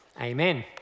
Amen